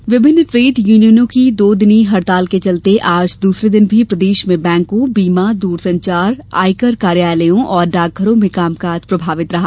हड़ताल विभिन्न ट्रेड यूनियनों की दो दिनी हड़ताल के चलते आज दूसरे दिन भी प्रदेश में बैंकों बीमा दरसंचार आयकर कार्यालयों और डाकघरो में कामकाज प्रभावित रहा